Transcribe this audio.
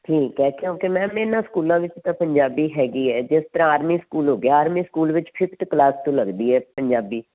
ਠੀਕ ਹੈ ਕਿਉਂਕਿ ਮੈਮ ਇੰਨਾ ਸਕੂਲਾਂ ਵਿੱਚ ਤਾਂ ਪੰਜਾਬੀ ਹੈਗੀ ਹੈ ਜਿਸ ਤਰ੍ਹਾਂ ਆਰਮੀ ਸਕੂਲ ਹੋ ਗਿਆ ਆਰਮੀ ਸਕੂਲ ਵਿੱਚ ਫਿਫਥ ਕਲਾਸ ਤੋਂ ਲੱਗਦੀ ਹੈ ਪੰਜਾਬੀ